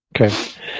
Okay